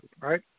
Right